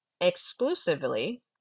exclusively